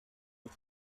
but